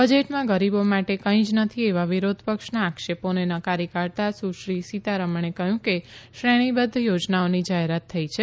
બજેટમાં ગરીબો માટે કઈ જ નથી એવા વિરોધપક્ષના આક્ષેપોને નકારી કાઢતા સુશ્રી સીતારમણે કહ્યું કે શ્રેણીબદ્ધ યોજનાઓની જાહેરાત થઈ છે